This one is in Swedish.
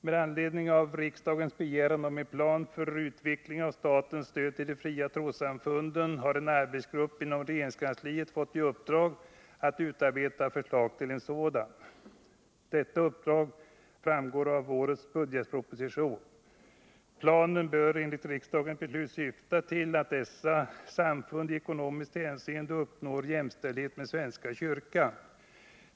Med anledning av riksdagens begäran om en plan för utvecklingen av statens stöd till de fria trossamfunden har en arbetsgrupp inom regeringskansliet fått i uppdrag att utarbeta förslag till en sådan. Detta uppdrag framgår av årets budgetproposition . Planen bör enligt riksdagens beslut syfta till att dessa samfund i ekonomiskt hänseende uppnår jämställdhet med svenska kyrkan .